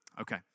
Okay